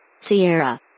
Sierra